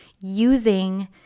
using